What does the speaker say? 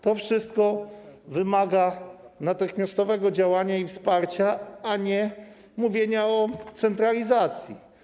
To wszystko wymaga natychmiastowego działania i wsparcia, a nie mówienia o centralizacji.